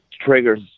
triggers